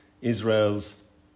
Israel's